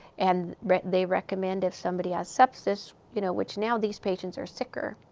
and they recommend if somebody has sepsis you know, which, now, these patients are sicker,